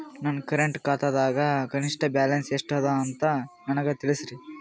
ನನ್ನ ಕರೆಂಟ್ ಖಾತಾದಾಗ ಕನಿಷ್ಠ ಬ್ಯಾಲೆನ್ಸ್ ಎಷ್ಟು ಅದ ಅಂತ ನನಗ ತಿಳಸ್ರಿ